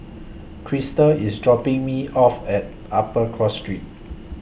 Krista IS dropping Me off At Upper Cross Street